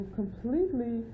completely